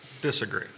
Disagree